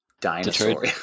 Dinosaur